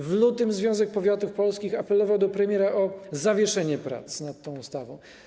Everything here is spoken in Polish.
W lutym Związek Powiatów Polskich apelował do premiera o zawieszenie prac nad tą ustawą.